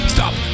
Stop